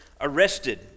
arrested